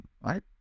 right